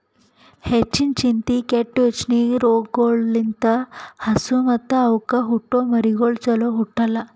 ಹೆಚ್ಚಿನ ಚಿಂತೆ, ಕೆಟ್ಟ ಯೋಚನೆ ರೋಗಗೊಳ್ ಲಿಂತ್ ಹಸು ಮತ್ತ್ ಅವಕ್ಕ ಹುಟ್ಟೊ ಮರಿಗಳು ಚೊಲೋ ಹುಟ್ಟಲ್ಲ